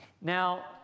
Now